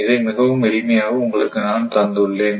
இதை மிகவும் எளிமையாக உங்களுக்கு நான் தந்துள்ளேன்